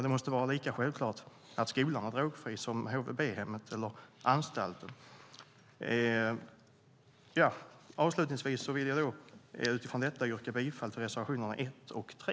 Det måste vara lika självklart att skolan är drogfri som att HVB-hemmet eller anstalten är det. Avslutningsvis vill jag yrka bifall till reservationerna 1 och 3.